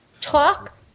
talk